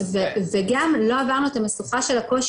וזה גם לא עברנו את המשוכה של הקושי